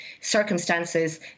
circumstances